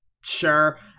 sure